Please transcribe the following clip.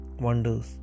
wonders